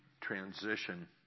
transition